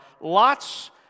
lots